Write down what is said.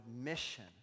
mission